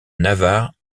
navarre